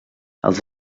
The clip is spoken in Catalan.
els